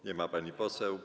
Nie ma pani poseł.